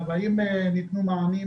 האם ניתנו מענים